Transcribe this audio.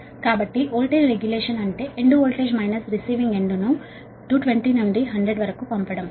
కాబట్టి voltage regulation అంటేపంపే end voltage minus receiving end voltage ను 220 నుండి 100 వరకు పంపించడం